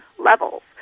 levels